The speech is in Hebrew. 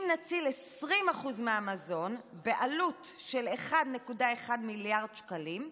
אם נציל 20% מהמזון, בעלות של 1.1 מיליארד שקלים,